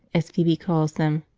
as phoebe calls them,